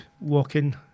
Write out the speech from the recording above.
walking